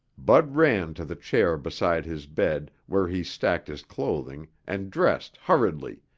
bud ran to the chair beside his bed where he stacked his clothing and dressed hurriedly,